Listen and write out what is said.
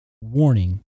warning